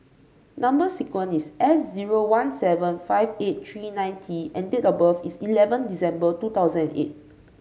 number sequence is S zero one seven five eight three nine T and date of birth is eleven December two thousand eight